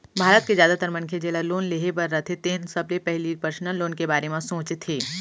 भारत के जादातर मनखे जेला लोन लेहे बर रथे तेन सबले पहिली पर्सनल लोन के बारे म सोचथे